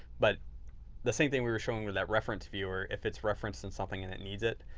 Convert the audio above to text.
but the same thing we were showing with that reference viewer. if it's referenced in something and it needs it